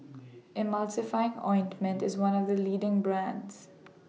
Emulsying Ointment IS one of The leading brands